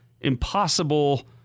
impossible